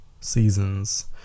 seasons